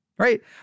right